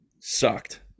Sucked